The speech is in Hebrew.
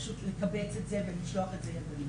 פשוט לקבץ את זה ולשלוח את זה ידנית.